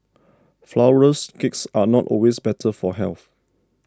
Flourless Cakes are not always better for health